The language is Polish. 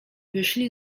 wyszli